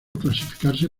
clasificarse